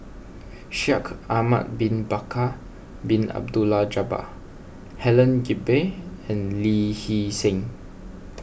Shaikh Ahmad Bin Bakar Bin Abdullah Jabbar Helen Gilbey and Lee Hee Seng